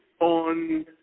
on